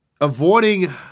avoiding